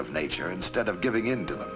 of nature instead of giving into